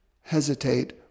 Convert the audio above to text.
hesitate